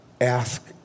ask